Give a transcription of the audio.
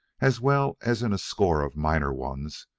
as well as in a score of minor ones,